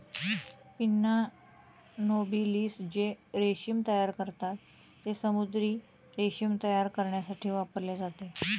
pinna नोबिलिस जे रेशीम तयार करतात, ते समुद्री रेशीम तयार करण्यासाठी वापरले जाते